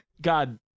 God